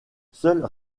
seules